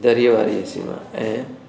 दरीअ वारी A C मां ऐं